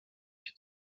się